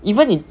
even if